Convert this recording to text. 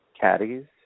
caddies